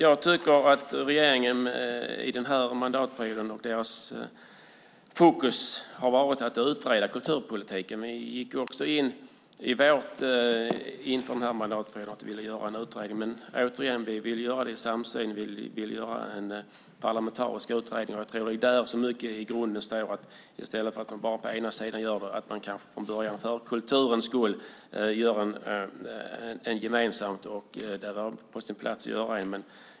Jag tycker att regeringens fokus under mandatperioden varit på att utreda kulturpolitiken. Även vi gick in i den här mandatperioden med ambitionen att göra en utredning, men vi ville göra det i samsyn. Vi ville göra en parlamentarisk utredning. Jag tror att skillnaderna i grunden ligger där; i stället för att bara den ena sidan gör en utredning borde man, för kulturens skull, ha gjort den gemensamt. Det hade varit på sin plats.